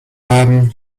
haben